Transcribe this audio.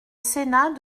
sénat